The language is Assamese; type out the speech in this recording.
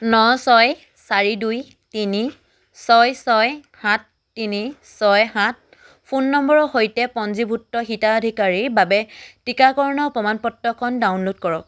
ন ছয় চাৰি দুই তিনি ছয় ছয় সাত তিনি ছয় সাত ফোন নম্বৰৰ সৈতে পঞ্জীভুক্ত হিতাধিকাৰীৰ বাবে টীকাকৰণৰ প্ৰমাণপত্ৰখন ডাউনলোড কৰক